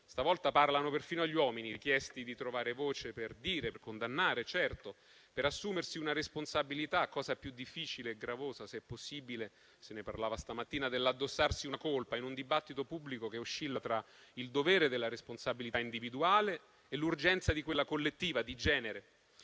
stavolta parlano perfino gli uomini, richiesti di trovare voce per dire, per condannare, certo, per assumersi una responsabilità. Questa è cosa più difficile e gravosa, se possibile (se ne parlava stamattina), dell'addossarsi una colpa, in un dibattito pubblico che oscilla tra il dovere della responsabilità individuale e l'urgenza di quella collettiva, di genere.